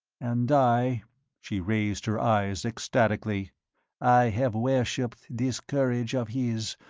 and i she raised her eyes ecstatically i have worshipped this courage of his,